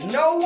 no